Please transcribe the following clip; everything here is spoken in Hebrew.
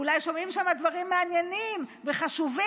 ואולי שומעים שם דברים מעניינים וחשובים,